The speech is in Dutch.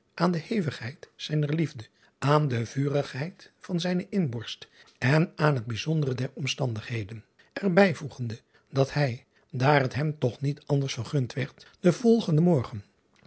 aan de hevigheid zijner liefde aan de vurigheid van zijne inborst en aan het bijzon driaan oosjes zn et leven van illegonda uisman dere der omstandigheden er bijvoegende dat hij daar het hem toch niet anders vergund werd den volgenden morgen